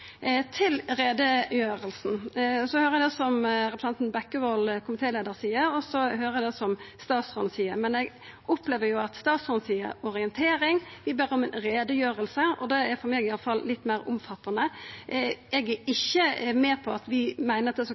høyrer det som representanten Bekkevold, komitéleiaren, seier. Og så høyrer eg det som statsråden seier, men eg opplever jo at statsråden seier «orientering». Vi ber om ei utgreiing, og det er – for meg, iallfall – litt meir omfattande. Eg er ikkje med på at vi meiner at det